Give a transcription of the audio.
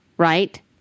Right